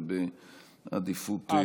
ובעדיפות גבוהה.